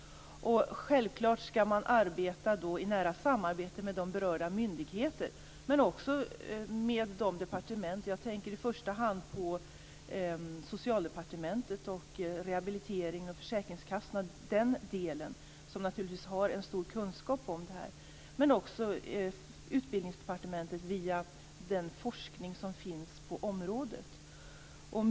Självklart skall man arbeta i nära samarbete med de berörda myndigheterna men också med departementen. Jag tänker då i första hand på Socialdepartementet, de som arbetar med rehabilitering och försäkringskassorna. De har naturligtvis en stor kunskap om detta. Men det gäller också Utbildningsdepartementet via den forskning som finns på området.